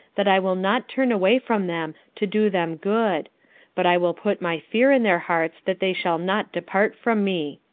that i will not turn away from them, to do them good but i will put my fear in their hearts that they shall not depart from me.